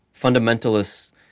fundamentalists